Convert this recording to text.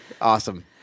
Awesome